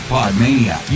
Podmania